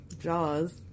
Jaws